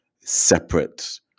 separate